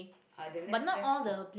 uh then that's that's